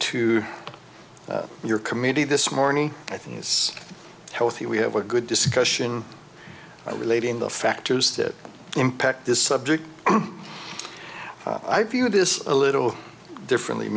to your committee this morning i think it's healthy we have a good discussion relating the factors that impact this subject i view this a little differently